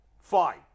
Fine